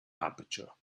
aperture